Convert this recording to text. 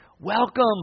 Welcome